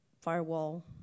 firewall